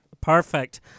Perfect